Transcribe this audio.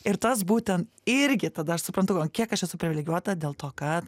ir tas būtent irgi tada aš suprantu ant kiek aš esu privilegijuota dėl to kad